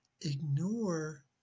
ignore